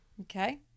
Okay